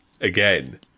Again